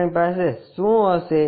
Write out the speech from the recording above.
આપણી પાસે શું હશે